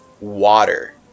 water